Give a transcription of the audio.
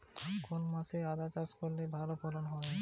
কোন মাসে আদা চাষ করলে ভালো ফলন হয়?